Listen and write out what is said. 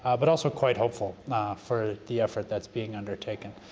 ah but also quite hopeful for the effort that's being undertaken.